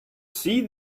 see